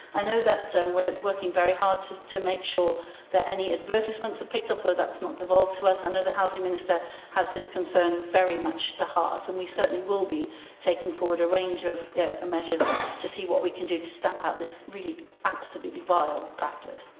i know that so we're working very hard to to make sure that any advertisements are picked up, although that's not devolved to us. i know the housing minister has this concern very much at the heart, and we certainly will be taking forward a range of measures to see what we can do to stamp out this really absolutely vile practice.